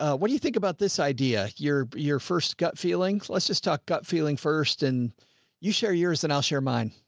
ah what do you think about this idea? your, your first gut feeling? let's just talk gut feeling first and you share yours and i'll share mine.